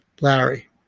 Larry